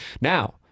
Now